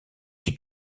qui